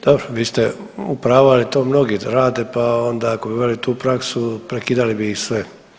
Dobro, vi ste u pravu, ali to mnogi rade, pa onda ako bi uveli tu praksu prekidali bi ih sve.